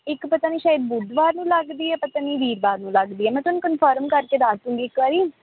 ਇੱਕ ਪਤਾ ਨਹੀਂ ਸ਼ਾਇਦ ਬੁੱਧਵਾਰ ਨੂੰ ਲੱਗਦੀ ਹੈ ਪਤਾ ਨਹੀਂ ਵੀਰਵਾਰ ਨੂੰ ਲੱਗਦੀ ਹੈ ਮੈਂ ਤੁਹਾਨੂੰ ਕਨਫਰਮ ਕਰਕੇ ਦੱਸ ਦੂੰਗੀ ਇੱਕ ਵਾਰੀ